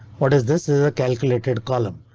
what is? this is a calculated column.